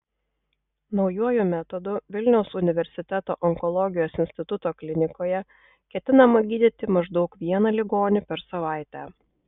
naujuoju metodu vilniaus universiteto onkologijos instituto klinikoje ketinama gydyti maždaug vieną ligonį per savaitę